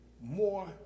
more